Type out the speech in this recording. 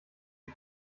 die